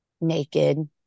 naked